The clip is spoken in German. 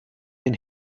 den